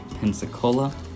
Pensacola